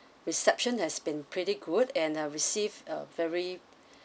reception has been pretty good and ah receive a very